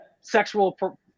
sexual